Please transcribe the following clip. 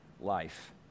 life